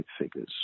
figures